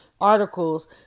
Articles